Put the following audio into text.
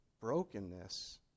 brokenness